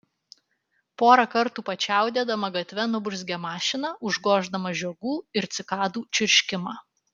porą kartų pačiaudėdama gatve nuburzgė mašina užgoždama žiogų ir cikadų čirškimą